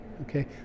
okay